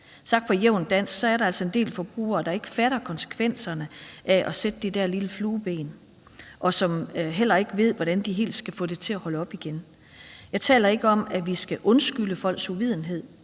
Sagt på jævnt dansk, er der altså en del forbrugere, der ikke fatter konsekvenserne af at sætte det der lille flueben, og som heller ikke ved, hvordan de helt skal få det til at holde op igen. Jeg taler ikke om, at vi skal undskylde folks uvidenhed,